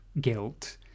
guilt